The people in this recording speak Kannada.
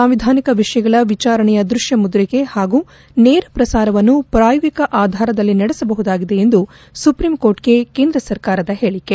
ಸಾಂವಿಧಾನಿಕ ವಿಷಯಗಳ ವಿಚಾರಣೆಯ ದೃಶ್ವ ಮುದ್ರಿಕೆ ಹಾಗೂ ನೇರ ಪ್ರಸಾರವನ್ನು ಪ್ರಾಯೋಗಿಕ ಆಧಾರದಲ್ಲಿ ನಡೆಸಬಹುದಾಗಿದೆ ಎಂದು ಸುಪ್ರೀಂ ಕೋರ್ಟ್ಗೆ ಕೇಂದ್ರ ಸರ್ಕಾರದ ಹೇಳಕೆ